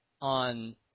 On